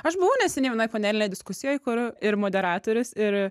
aš buvau neseniai vienoj panelinėj diskusijoj kur ir moderatorius ir